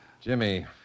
Jimmy